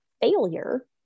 failure